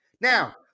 Now